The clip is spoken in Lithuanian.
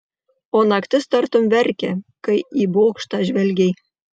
o naktis tartum verkė kai į bokštą žvelgei